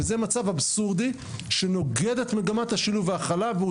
זה מצב אבסורדי שנוגד את מגמת השילוב וההכלה והוא